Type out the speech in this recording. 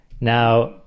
Now